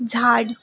झाड